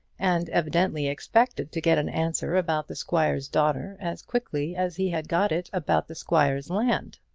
and evidently expected to get an answer about the squire's daughter as quickly as he had got it about the squire's land.